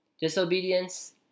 Disobedience